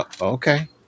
okay